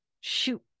shoot